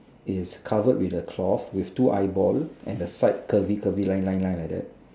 is covered with a cloth with two eyeball and the side curvy curvy line line line like that